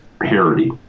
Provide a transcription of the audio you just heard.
parity